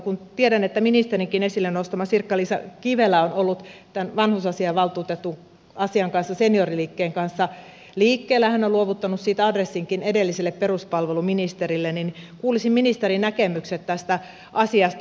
kun tiedän että ministerinkin esille nostama sirkka liisa kivelä on ollut vanhusasiavaltuutettuasian kanssa senioriliikkeen kanssa liikkeellä hän on luovuttanut siitä adressinkin edelliselle peruspalveluministerille niin kuulisin ministerin näkemyksen tästä asiasta